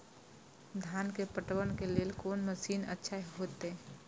धान के पटवन के लेल कोन मशीन अच्छा होते?